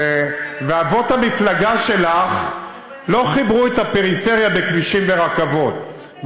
ואבות המפלגה שלך לא חיברו את הפריפריה בכבישים וברכבות,